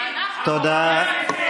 שראש הממשלה הזה,